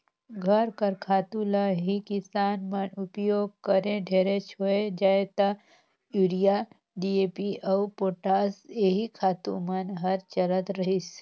घर कर खातू ल ही किसान मन उपियोग करें ढेरेच होए जाए ता यूरिया, डी.ए.पी अउ पोटास एही खातू मन हर चलत रहिस